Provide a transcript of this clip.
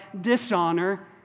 dishonor